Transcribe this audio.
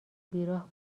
بیراه